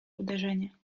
uderzenie